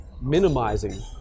minimizing